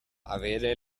avere